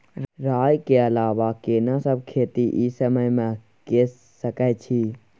राई के अलावा केना सब खेती इ समय म के सकैछी?